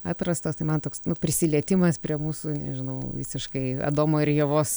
atrastos tai man toks prisilietimas prie mūsų nežinau visiškai adomo ir ievos